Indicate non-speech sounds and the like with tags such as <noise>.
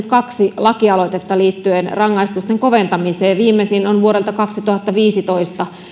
<unintelligible> kaksi lakialoitetta liittyen rangaistusten koventamiseen viimeisin on vuodelta kaksituhattaviisitoista